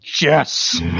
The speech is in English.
Yes